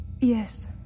Yes